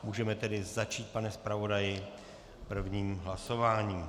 Můžeme tedy začít, pane zpravodaji, prvním hlasováním.